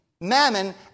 mammon